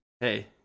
hey